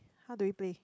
how do we play